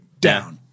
down